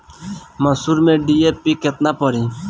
मसूर में डी.ए.पी केतना पड़ी?